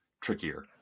trickier